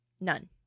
None